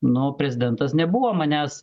nu prezidentas nebuvo manęs